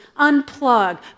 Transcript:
Unplug